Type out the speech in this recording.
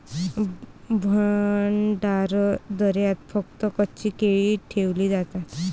भंडारदऱ्यात फक्त कच्ची केळी ठेवली जातात